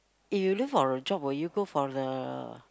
if you look for a job will you go for the